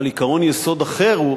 אבל עקרון יסוד אחר,